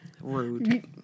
Rude